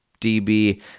DB